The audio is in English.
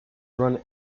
run